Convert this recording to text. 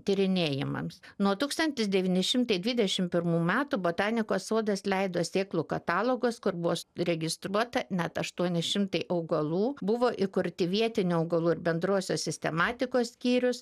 tyrinėjimams nuo tūkstantis devyni šimtai dvidešim pirmų metų botanikos sodas leido sėklų katalogus kur bus registruota net aštuoni šimtai augalų buvo įkurti vietinių augalų ir bendrosios sistematikos skyrius